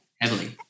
Heavily